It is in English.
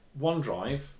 OneDrive